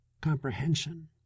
comprehension